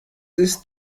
ist